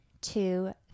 two